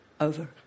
over